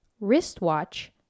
Wristwatch